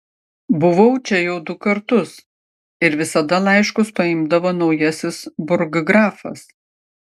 buvau čia jau du kartus ir visada laiškus paimdavo naujasis burggrafas